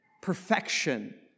perfection